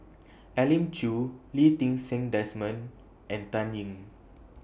Elim Chew Lee Ti Seng Desmond and Dan Ying